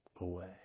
away